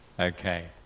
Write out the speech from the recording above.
Okay